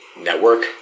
Network